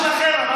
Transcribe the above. זו המצאה שלכם.